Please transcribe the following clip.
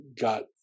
got